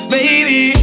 Baby